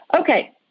Okay